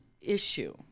issue